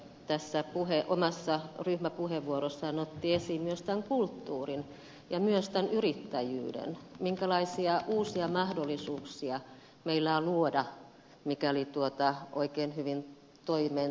ville niinistö omassa ryhmäpuheenvuorossaan otti esiin myös kulttuurin ja myös yrittäjyyden minkälaisia uusia mahdollisuuksia meillä on luoda mikäli oikein hyvin toimeen tartumme